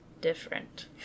different